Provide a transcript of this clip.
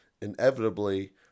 inevitably